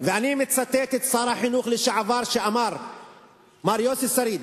ואני מצטט את שר החינוך לשעבר, מר יוסי שריד,